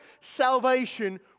salvation